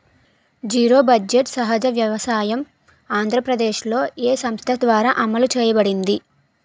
Zero budget సహజ వ్యవసాయం ఆంధ్రప్రదేశ్లో, ఏ సంస్థ ద్వారా అమలు చేయబడింది?